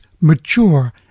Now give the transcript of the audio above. mature